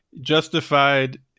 justified